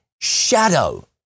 shadow